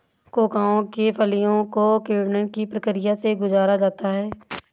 cocoa के फलियों को किण्वन की प्रक्रिया से गुजारा जाता है